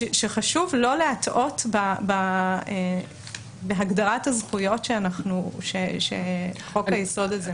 שחשוב לא להטעות בהגדרת הזכויות שחוק היסוד הזה מדבר עליהן.